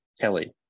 Kelly